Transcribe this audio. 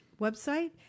website